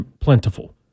plentiful